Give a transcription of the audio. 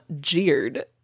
jeered